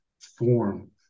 form